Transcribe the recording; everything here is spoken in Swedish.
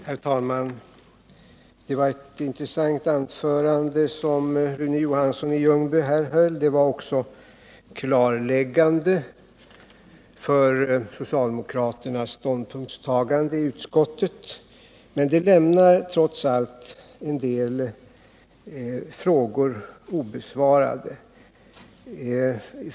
Herr talman! Det var ett intressant anförande som Rune Johansson i Ljungby här höll, och det var klarläggande för socialdemokraternas ståndpunktstagande i utskottet. Men det lämnar trots allt en del frågor obesvarade.